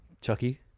Chucky